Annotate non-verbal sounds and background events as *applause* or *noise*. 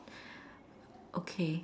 *breath* okay